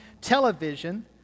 television